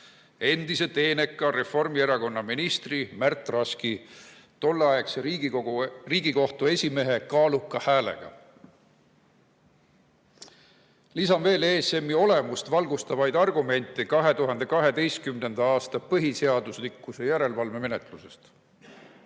endise teeneka Reformierakonna ministri, tolleaegse Riigikohtu esimehe Märt Raski kaaluka häälega. Lisan veel ESM‑i olemust valgustavaid argumente 2012. aasta põhiseaduslikkuse järelevalve menetlusest.